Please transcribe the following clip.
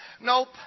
Nope